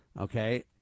Okay